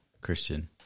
Christian